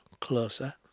closer